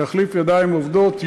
שיחליף ידיים עובדות,